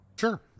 Sure